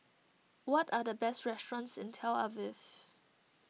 what are the best restaurants in Tel Aviv